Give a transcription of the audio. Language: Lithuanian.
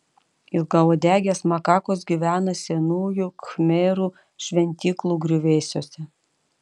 ilgauodegės makakos gyvena senųjų khmerų šventyklų griuvėsiuose